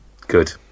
Good